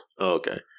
Okay